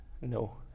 No